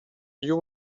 you